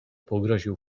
pogroził